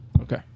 Okay